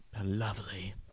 Lovely